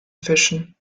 fischen